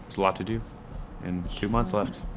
lot to do in two months left.